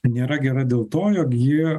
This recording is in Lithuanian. nėra gera dėl to jog ji